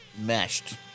meshed